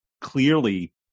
clearly